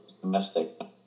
domestic